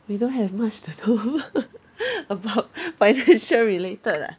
we don't have much to talk about financial related ah